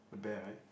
the bear right